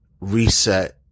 reset